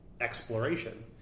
exploration